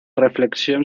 reflexión